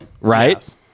Right